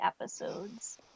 episodes